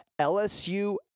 LSU